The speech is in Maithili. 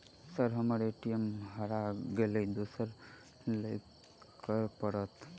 सर हम्मर ए.टी.एम हरा गइलए दोसर लईलैल की करऽ परतै?